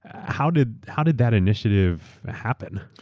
how did how did that initiative happen?